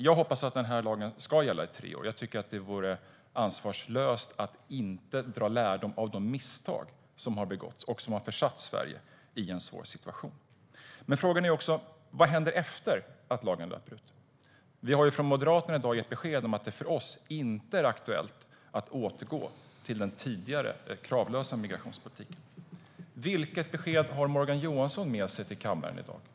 Jag hoppas att den här lagen ska gälla i tre år. Det vore ansvarslöst att inte dra lärdom av de misstag som har begåtts och som har försatt Sverige i en svår situation. Då är frågan: Vad händer efter det att lagen löper ut? Vi har från Moderaterna i dag gett besked om att det för oss inte är aktuellt att återgå till den tidigare kravlösa migrationspolitiken. Vilket besked har Morgan Johansson med sig till kammaren i dag?